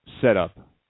setup